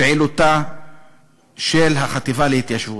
פעילותה של החטיבה להתיישבות,